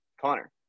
Connor